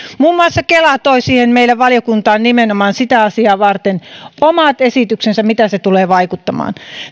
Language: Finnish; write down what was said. muun muassa kela toi siihen meille valiokuntaan nimenomaan sitä asiaa varten omat esityksensä mitä se tulee vaikuttamaan